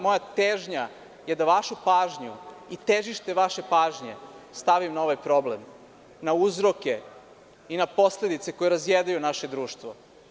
Moja težnja je da vašu pažnju i težište vaše pažnje stavim na ovaj problem, na uzroke i na posledice koje razjedaju naše društvo.